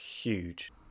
huge